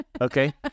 Okay